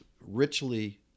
richly